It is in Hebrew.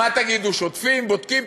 מה תגידו, שוטפים, בודקים?